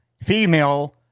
female